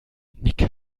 nick